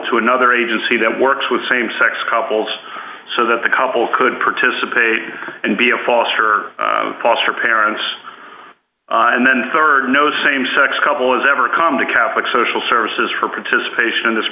to another agency that works with same sex couples so that the couple could participate and be a foster foster parents and then there are no same sex couples ever come to catholic social services for participation in this